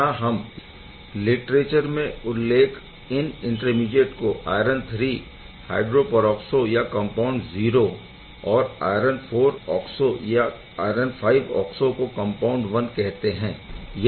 यहाँ हम लिट्रेचर में उल्लेख इन इंटरमीडिएट को आयरन III हायड्रोपरऑक्सो या कम्पाउण्ड 0 और आयरन IV ऑक्सो या आयरन V ऑक्सो को कम्पाउण्ड 1 कहते है